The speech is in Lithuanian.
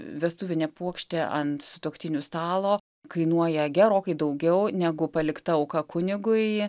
vestuvinė puokštė ant sutuoktinių stalo kainuoja gerokai daugiau negu palikta auka kunigui